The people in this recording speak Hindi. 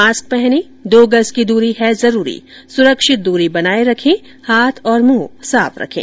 मास्क पहनें दो गज की दूरी है जरूरी सुरक्षित दूरी बनाए रखें हाथ और मुंह साफ रखें